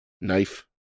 knife